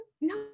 No